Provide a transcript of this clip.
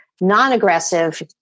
non-aggressive